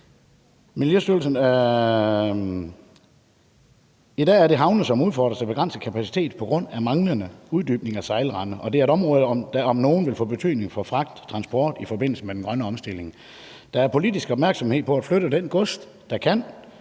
situation. I dag er det havne, som udfordres af begrænset kapacitet på grund af manglende uddybning af sejlrender, og det er et område, der om noget vil få betydning for fragt, transport i forbindelse med den grønne omstilling. Der er politisk opmærksomhed på at flytte det gods, der kan